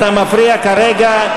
אתה מפריע כרגע,